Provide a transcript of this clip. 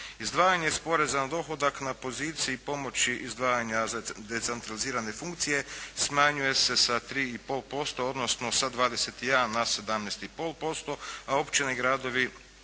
Izdvajanje iz poreza na dohodak na poziciji pomoći izdvajanja za decentralizirane funkcije smanjuje se sa 3 i pol posto odnosno sa 21 na 17 i pol posto a općine i gradovi